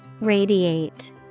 radiate